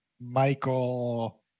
Michael